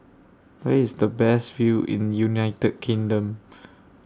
Where IS The Best View in United Kingdom